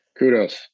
Kudos